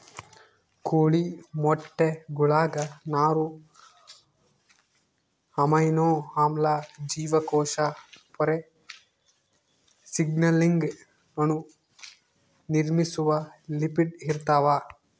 ಕೋಳಿ ಮೊಟ್ಟೆಗುಳಾಗ ನಾರು ಅಮೈನೋ ಆಮ್ಲ ಜೀವಕೋಶ ಪೊರೆ ಸಿಗ್ನಲಿಂಗ್ ಅಣು ನಿರ್ಮಿಸುವ ಲಿಪಿಡ್ ಇರ್ತಾವ